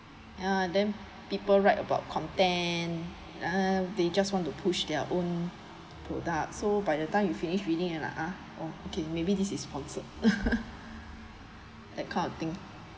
ya then people write about content uh they just want to push their own project ya so by the time you finish reading and like [ah]okay maybe this is sponsored like that kind of thing